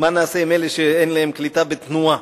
מה נעשה עם אלה שאין להם קליטה בתנועה.